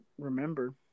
remember